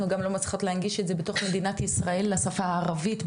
אנחנו גם לא מצליחות להנגיש את זה בתוך מדינת ישראל לשפה הערבית,